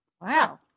Wow